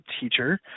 teacher